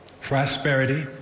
prosperity